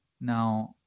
now